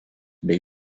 bei